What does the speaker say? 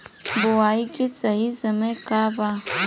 बुआई के सही समय का वा?